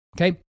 Okay